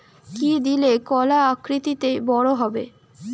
কি দিলে কলা আকৃতিতে বড় হবে?